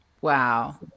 Wow